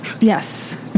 Yes